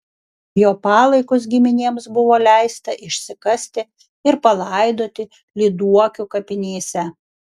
jo palaikus giminėms buvo leista išsikasti ir palaidoti lyduokių kapinėse